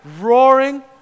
roaring